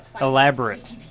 elaborate